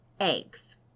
eggs